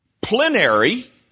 plenary